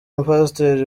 mupasiteri